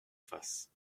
face